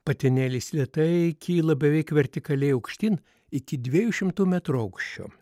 patinėlis lėtai kyla beveik vertikaliai aukštyn iki dviejų šimtų metrų aukščio